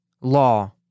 law